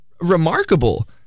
remarkable